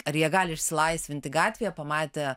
ar jie gali išsilaisvinti gatvėje pamatę